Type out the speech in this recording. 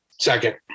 Second